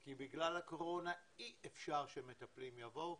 כי בגלל הקורונה אי אפשר שמטפלים יבואו.